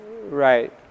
Right